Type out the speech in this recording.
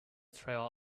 trail